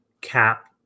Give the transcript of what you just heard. cap